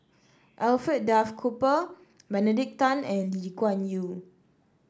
Alfred Duff Cooper Benedict Tan and Lee Kuan Yew